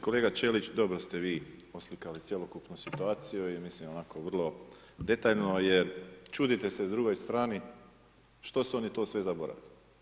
Kolega Ćelič dobro ste vi oslikali cjelokupnu situaciju i mislim onako vrlo detaljno jer čudite se drugoj strani što su oni to sve zaboravili.